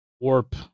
warp